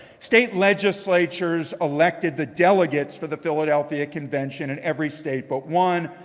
state legislatures elected the delegates for the philadelphia convention in every state but one.